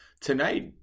Tonight